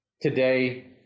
Today